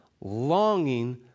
longing